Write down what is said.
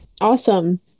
Awesome